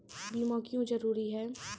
बीमा क्यों जरूरी हैं?